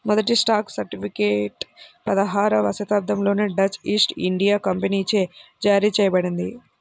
మొదటి stock certificate పదహారవ శతాబ్దంలోనే డచ్ ఈస్ట్ ఇండియా కంపెనీచే జారీ చేయబడింది